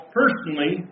personally